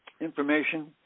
information